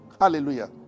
Hallelujah